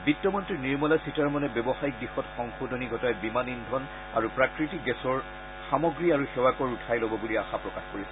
বিত্তমন্ত্ৰী নিৰ্মলা সীতাৰমণে ব্যৱসায়িক দিশত সংশোধনী ঘটাই বিমান ইন্ধন আৰু প্ৰাকৃতিক গেছৰ সামগ্ৰী আৰু সেৱা কৰ উঠাই লব বুলি আশা প্ৰকাশ কৰিছে